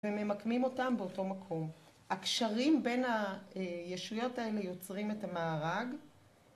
‫וממקמים אותם באותו מקום. ‫הקשרים בין הישויות האלה ‫יוצרים את המארג.